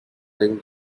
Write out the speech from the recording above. bring